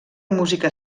música